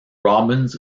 robins